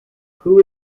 who